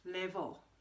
level